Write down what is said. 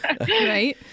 right